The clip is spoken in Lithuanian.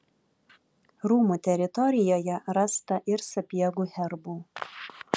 rūmų teritorijoje rasta ir sapiegų herbų